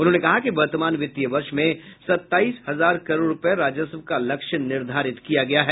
उन्होंने कहा कि वर्तमान वित्तीय वर्ष में सत्ताईस हजार करोड़ रूपये राजस्व का लक्ष्य निर्धारित है